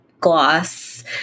gloss